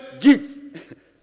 give